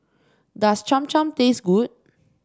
does Cham Cham taste good